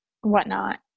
whatnot